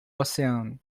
oceano